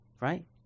right